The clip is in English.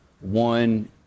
one